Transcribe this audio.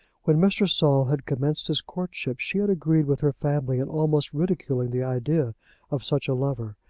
when mr. saul had commenced his courtship, she had agreed with her family in almost ridiculing the idea of such a lover.